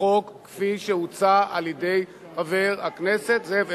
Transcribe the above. לחוק כפי שהוצע על-ידי חבר הכנסת זאב אלקין.